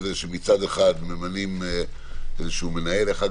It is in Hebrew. שמצד אחד ממנים מנהל